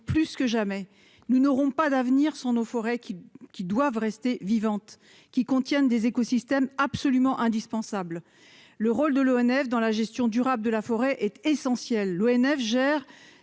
plus que jamais nous n'aurons pas d'avenir sont nos forêts qui qui doivent rester vivantes qui contiennent des écosystèmes absolument indispensable le rôle de l'ONF dans la gestion durable de la forêt est essentiel : l'ONF gère